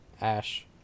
Ash